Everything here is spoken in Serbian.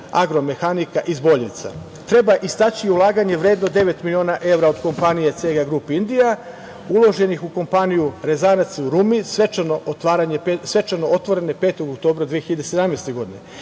Agromehanika iz Boljevca. Treba istaći ulaganje vredno devet miliona evra od kompanije CG Group Indija, uloženih u kompaniju rezanac u Rumi, svečano otvorene 5. oktobra 2017. godine.